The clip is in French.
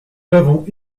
l’avons